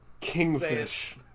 kingfish